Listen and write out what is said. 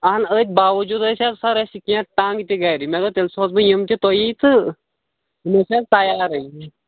اَہن أتھۍ باوجوٗد أسۍ حظ سر أسۍ کیٚنٛہہ ٹنٛگ تہِ گرِ مےٚ دوٚپ تیٚلہِ سوزٕ بہٕ یِم تہِ تۄہی تہٕ یِم أسۍ نا تیارٕے